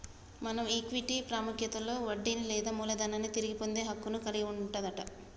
మనం ఈక్విటీ పాముఖ్యతలో వడ్డీని లేదా మూలదనాన్ని తిరిగి పొందే హక్కును కలిగి వుంటవట